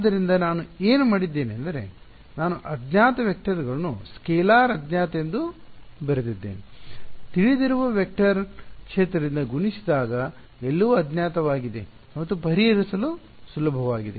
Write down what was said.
ಆದ್ದರಿಂದ ನಾನು ಏನು ಮಾಡಿದ್ದೇನೆಂದರೆ ನಾನು ಅಜ್ಞಾತ ವೆಕ್ಟರ್ಗಳನ್ನು ಸ್ಕೇಲಾರ್ ಅಜ್ಞಾತ ಎಂದು ಬರೆದಿದ್ದೇನೆ ತಿಳಿದಿರುವ ವೆಕ್ಟರ್ ಕ್ಷೇತ್ರದಿಂದ ಗುಣಿಸಿದಾಗ ಎಲ್ಲವೂ ಅಜ್ಞಾತವಾಗಿದೆ ಮತ್ತು ಪರಿಹರಿಸಲು ಸುಲಭವಾಗಿದೆ